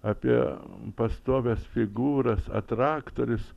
apie pastovias figūras atraktorius